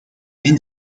end